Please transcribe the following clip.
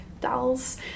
dolls